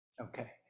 okay